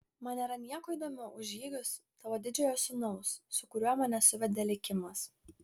man nėra nieko įdomiau už žygius tavo didžio sūnaus su kuriuo mane suvedė likimas